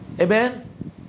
Amen